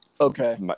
Okay